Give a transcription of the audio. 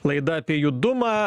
laida apie judumą